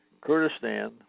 Kurdistan